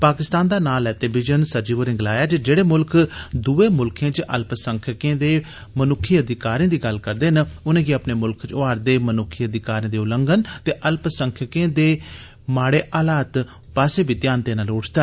पाकिस्तान दा नां लैते विजन सचिव होरें गलाया जे जेड़े म्ल्ख दूए मुल्खें च अल्पसंख्यकें दे मनुक्खी अधिकारें दी गल्ल करदे न उनैंगी अपने मुल्ख च होआ रदे मन्क्खी अधिकारें दे उल्लंघन ते अल्पसंख्यकें दे माड़ी हालत पास्सै बी ध्यान देना लोड़चदा